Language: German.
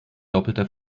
doppelter